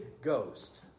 Ghost